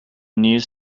news